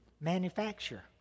manufacture